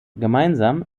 gemeinsam